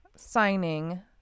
signing